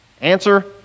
Answer